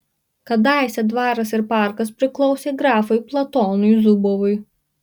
kadaise dvaras ir parkas priklausė grafui platonui zubovui